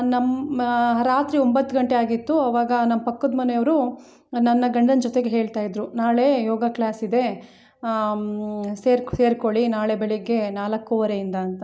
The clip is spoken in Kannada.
ನಮ್ಮ ರಾತ್ರಿ ಒಂಬತ್ತು ಗಂಟೆ ಆಗಿತ್ತು ಆವಾಗ ನಮ್ಮ ಪಕ್ಕದ ಮನೆಯವರು ನನ್ನ ಗಂಡನ ಜೊತೆಗೆ ಹೇಳ್ತಾಯಿದ್ರು ನಾಳೆ ಯೋಗ ಕ್ಲಾಸ್ ಇದೆ ಸೇರಿ ಸೇರ್ಕೊಳ್ಳಿ ನಾಳೆ ಬೆಳಿಗ್ಗೆ ನಾಲ್ಕೂವರೆಯಿಂದ ಅಂತ